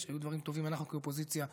וכשהיו דברים טובים אנחנו כאופוזיציה תמכנו.